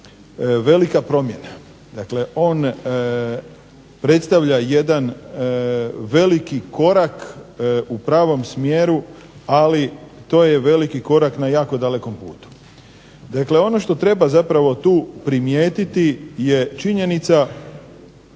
velika promjena. Dakle, on predstavlja jedan veliki korak u pravom smjeru, ali to je veliki korak na jako dalekom putu. Dakle, ono što treba zapravo tu primijetiti je činjenica